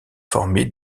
formée